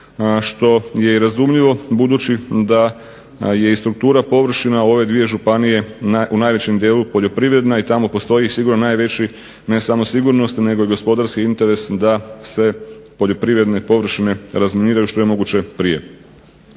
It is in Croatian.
što je i razumljivo budući da je i struktura površina u ove dvije županije u najvećem dijelu poljoprivredna i tamo postoji sigurno najveći ne samo sigurnosni nego i gospodarski interes da se poljoprivredne površine razminiraju što je moguće prije.